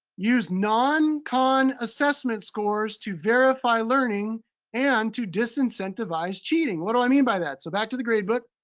use non-khan assessment scores to verify learning and to disincentivize cheating. what do i mean by that? so back to the grade book.